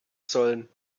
sollen